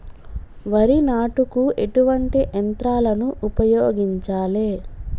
వరి నాటుకు ఎటువంటి యంత్రాలను ఉపయోగించాలే?